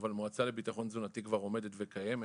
אבל מועצה לביטחון תזונתי כבר עומדת וקיימת.